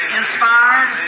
inspired